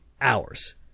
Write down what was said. hours